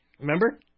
Remember